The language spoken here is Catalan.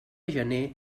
gener